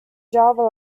java